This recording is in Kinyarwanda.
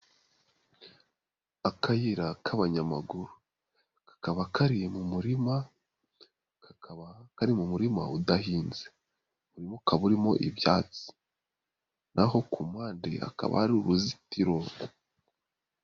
Akayira k'abanyamaguru kakaba kari mu murima, kakaba kari mu murima udahinze, umurima ukaba urimo ibyatsi, naho ku mpande hakaba hari uruzitiro.